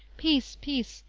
peace! peace!